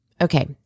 Okay